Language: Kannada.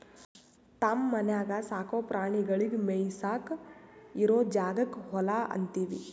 ತಮ್ಮ ಮನ್ಯಾಗ್ ಸಾಕೋ ಪ್ರಾಣಿಗಳಿಗ್ ಮೇಯಿಸಾಕ್ ಇರೋ ಜಾಗಕ್ಕ್ ಹೊಲಾ ಅಂತೀವಿ